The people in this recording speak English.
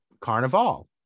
Carnival